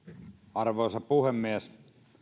arvoisa puhemies